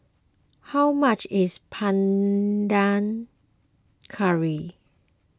how much is Panang Curry